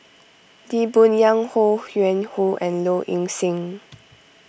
Lee Boon Yang Ho Yuen Hoe and Low Ing Sing